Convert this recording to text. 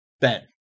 Ben